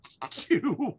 two